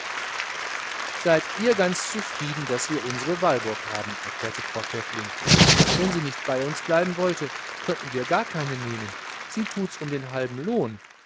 seid ihr ganz zufrieden daß wir unsere walburg haben entgegnete frau pfäffling wenn sie nicht bei uns bleiben wollte könnten wir gar keine nehmen sie tut's um den halben lohn